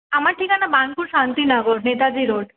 আমার ঠিকানা বার্ণপুর শান্তি নগর নেতাজি রোড